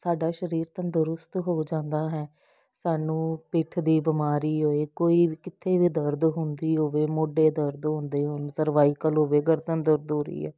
ਸਾਡਾ ਸਰੀਰ ਤੰਦਰੁਸਤ ਹੋ ਜਾਂਦਾ ਹੈ ਸਾਨੂੰ ਪਿੱਠ ਦੀ ਬਿਮਾਰੀ ਹੋਵੇ ਕੋਈ ਵੀ ਕਿਤੇ ਵੀ ਦਰਦ ਹੁੰਦੀ ਹੋਵੇ ਮੋਢੇ ਦਰਦ ਹੁੰਦੇ ਹੋਣ ਸਰਵਾਈਕਲ ਹੋਵੇ ਗਰਦਨ ਦਰਦ ਹੋ ਰਹੀ ਹੈ